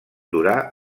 durar